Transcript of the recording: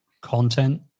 content